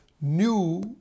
new